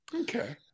Okay